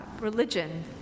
religion